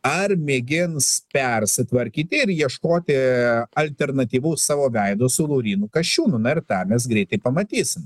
ar mėgins persitvarkyti ir ieškoti alternatyvaus savo veido su laurynu kasčiūnu na ir tą mes greitai pamatysim